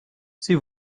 sie